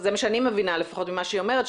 זה מה שאני מבינה לפחות ממה שהיא אומרת,